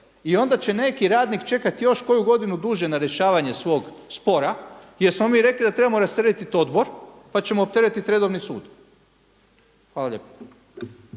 i onda će neki radnik čekati još koju godinu duže na rješavanje svog spora jer smo mi rekli da trebamo rasteretiti odbor pa ćemo opteretiti redovni sud. Hvala lijepa.